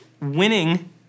Winning